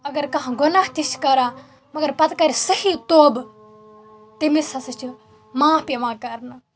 اگر کانٛہہ گۄناہ تہِ چھِ کران مگر پَتہٕ کَرِ صحیح توبہٕ تٔمِس ہسا چھِ معاف یِوان کرنہٕ